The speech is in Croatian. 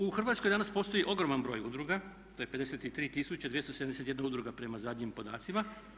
U Hrvatskoj danas postoji ogroman broj udruga, to je 53 271 udruga prema zadnjim podacima.